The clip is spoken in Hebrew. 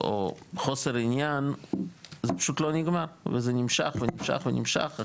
או חוסר עניין זה פשוט לא נגמר וזה נמשך ונמשך ונמשך,